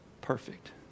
perfect